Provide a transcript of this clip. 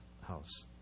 house